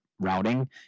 routing